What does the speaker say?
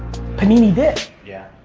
panini did. yeah.